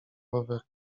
rower